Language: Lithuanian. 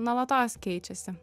nuolatos keičiasi